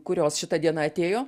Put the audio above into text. kurios šita diena atėjo